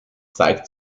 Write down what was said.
zeigt